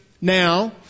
now